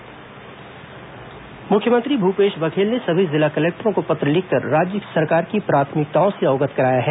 मुख्यमंत्री कलेक्टर निर्देश मुख्यमंत्री भूपेश बघेल ने सभी जिला कलेक्टरों को पत्र लिखकर राज्य सरकार की प्राथमिकताओं से अवगत कराया है